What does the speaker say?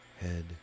head